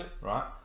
Right